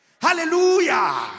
Hallelujah